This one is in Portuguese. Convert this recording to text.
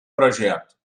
projeto